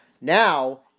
Now